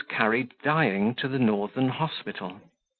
was carried dying to the northern hospital.